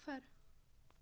صِفر